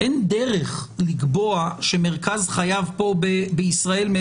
שאין להם כל מעמד אזרחי בישראל?